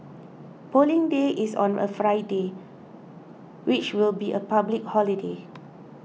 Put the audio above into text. Polling Day is on a Friday which will be a public holiday